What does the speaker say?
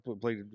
played